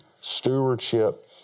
stewardship